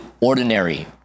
ordinary